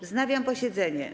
Wznawiam posiedzenie.